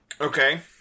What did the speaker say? Okay